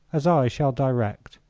as i shall direct?